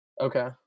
Okay